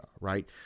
right